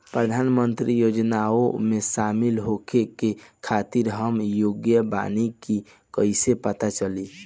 प्रधान मंत्री योजनओं में शामिल होखे के खातिर हम योग्य बानी ई कईसे पता चली?